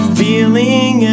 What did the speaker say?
feeling